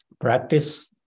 Practice